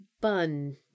bun